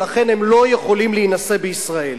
ולכן הם לא יכולים להינשא בישראל.